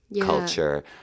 culture